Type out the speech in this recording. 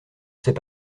sait